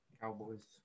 Cowboys